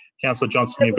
councillor johnston,